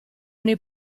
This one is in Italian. ogni